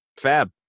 Fab